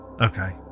okay